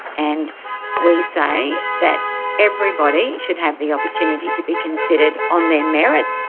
and we say that everybody should have the opportunity to be considered on their merits.